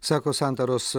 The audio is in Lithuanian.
sako santaros